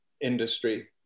industry